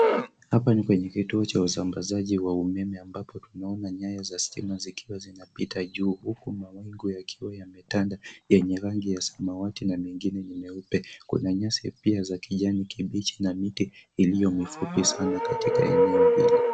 Hapa ni kwenye kituo cha usambazaji wa umeme ambapo tunaona nyaya za stima zikiwa zinapita juu huku mawingu yakiwa yametanda yenye rangi ya samawati na mengine ni meupe. Kuna nyasi pia za kijani kibichi na miti iliyo mifupi sana katika eneo hili.